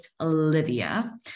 Olivia